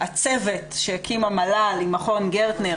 הצוות שהקים המל"ל עם מכון גרטנר